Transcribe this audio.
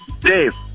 Dave